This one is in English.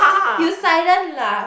you silent laugh